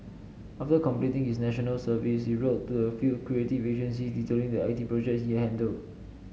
after completing his National Service he wrote to a few creative agency detailing the I T projects he handled